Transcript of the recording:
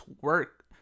work